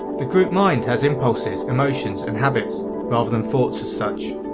the group mind has impulses, emotions and habits rather than thoughts as such.